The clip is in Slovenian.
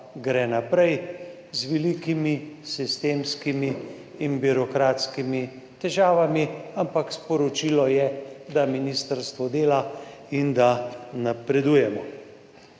gre naprej, z velikimi sistemskimi in birokratskimi težavami, ampak sporočilo je, da ministrstvo dela in da napredujemo.